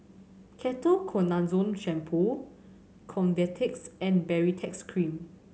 Ketoconazole Shampoo Convatec and Baritex Cream